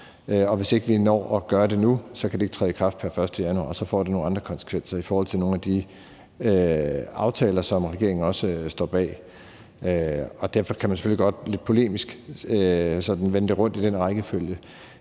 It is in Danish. hvis ikke vi når at gøre det nu, kan det ikke træde i kraft pr. 1. januar, og så får det nogle andre konsekvenser i forhold til nogle af de aftaler, som regeringen også står bag. Men derfor kan man selvfølgelig godt lidt polemisk vende rundt på den rækkefølge.